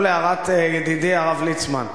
גם להערת ידידי הרב ליצמן,